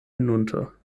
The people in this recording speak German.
hinunter